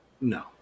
No